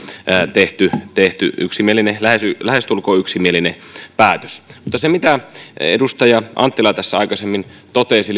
tehty tehty lähestulkoon yksimielinen päätös kun edustaja anttila tässä aikaisemmin totesi